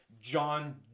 John